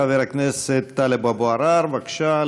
חבר הכנסת טלב אבו עראר, בבקשה.